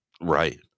right